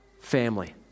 family